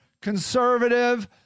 conservative